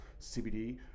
CBD